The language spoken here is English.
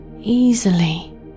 easily